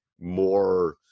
more